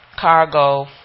cargo